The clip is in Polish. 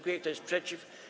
Kto jest przeciw?